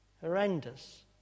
Horrendous